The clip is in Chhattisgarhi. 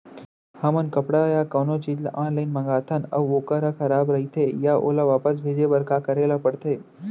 हमन कपड़ा या कोनो चीज ल ऑनलाइन मँगाथन अऊ वोकर ह खराब रहिये ता ओला वापस भेजे बर का करे ल पढ़थे?